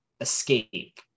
escape